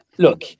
Look